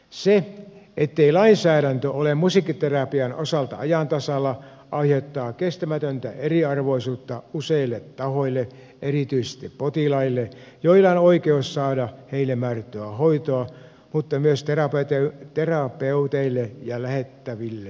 se ettei lainsäädäntö ole musiikkiterapian osalta ajan tasalla aiheuttaa kestämätöntä eriarvoisuutta useille tahoille erityisesti potilaille joilla on oikeus saada heille määrättyä hoitoa mutta myös terapeuteille ja lähettäville tahoille